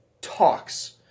talks